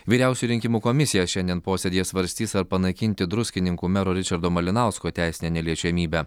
vyriausioji rinkimų komisija šiandien posėdyje svarstys ar panaikinti druskininkų mero ričardo malinausko teisinę neliečiamybę